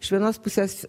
iš vienos pusės